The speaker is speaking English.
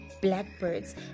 blackbirds